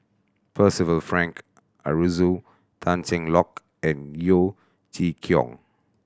Percival Frank Aroozoo Tan Cheng Lock and Yeo Chee Kiong